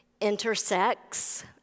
intersects